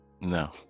No